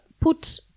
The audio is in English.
put